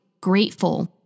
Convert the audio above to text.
grateful